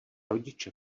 rodiče